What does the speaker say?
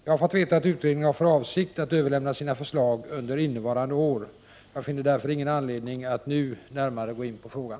Jag har fått veta att utredningen har för avsikt att överlämna sina förslag under innevarande år. Jag finner därför ingen anledning att nu gå närmare in på frågan.